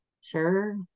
Sure